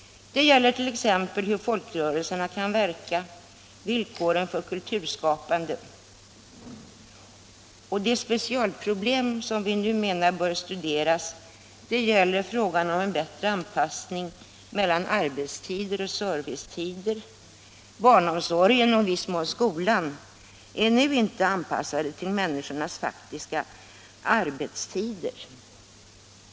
Det gäller t.ex. hur folkrörelserna kan verka och villkoren för kulturskapande. Det specialproblem som vi nu menar bör studeras är frågan om en bättre anpassning mellan arbetstider och servicetider. Barnomsorgen och i viss mån skolan är nu inte anpassade till människornas faktiska arbetstider.